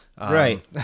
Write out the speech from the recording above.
Right